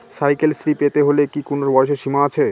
Cycle Shri পেতে হলে কি কোনো বয়সের সীমা আছে?